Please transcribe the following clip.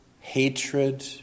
hatred